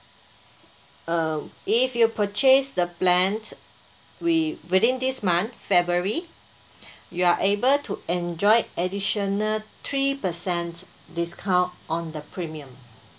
uh if you purchase the plans we within this month february you are able to enjoy additional three percent discount on the premium